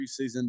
preseason